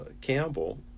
Campbell